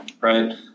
right